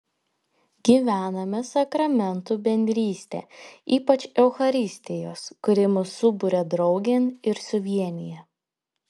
gyvename sakramentų bendrystę ypač eucharistijos kuri mus suburia draugėn ir suvienija